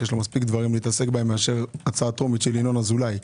יש לו מספיק דברים להתעסק בהם מאשר הצעה טרומית של ינון אזולאי.